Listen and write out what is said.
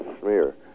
Smear